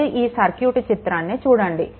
ముందు ఈ సర్క్యూట్ చిత్రాన్ని చూడండి